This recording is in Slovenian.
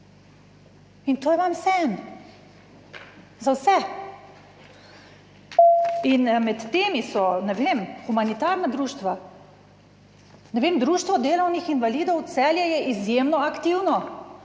in to je vam vseeno za vse. Med temi so, ne vem, humanitarna društva. Društvo delovnih invalidov Celje je izjemno aktivno